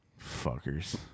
Fuckers